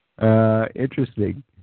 Interesting